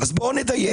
אז בואו נדייק.